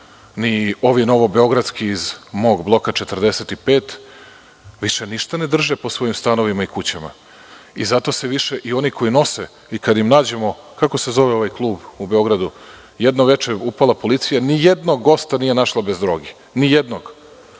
ni ovi novobeogradski iz mog bloka 45 više ništa ne drže po svojim stanovima i kućama. Zato se više i oni koji nose, kada im nađemo, kako se zove ovaj klub u Beogradu… Jedno veče upala policija, ni jednog gosta nije našla bez droge. Ni jednog.